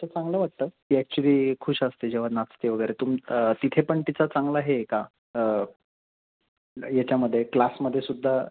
तर चांगलं वाटतं की ॲक्च्युली खुश असते जेव्हा नाचते वगैरे तुम तिथे पण तिचा चांगला आहे का याच्यामध्ये क्लासमध्ये सुद्धा